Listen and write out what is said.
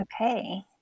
Okay